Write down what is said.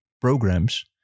programs